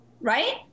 right